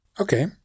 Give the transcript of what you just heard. Okay